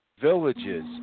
villages